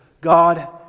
God